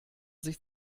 sich